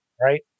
right